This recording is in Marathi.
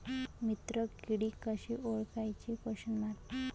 मित्र किडी कशी ओळखाची?